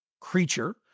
creature